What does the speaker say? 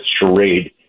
charade